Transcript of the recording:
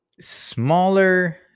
smaller